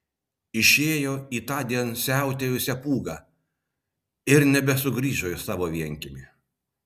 išėjo į tądien siautėjusią pūgą ir nebesugrįžo į savo vienkiemį